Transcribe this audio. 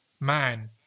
man